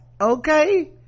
okay